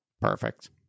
Perfect